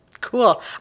Cool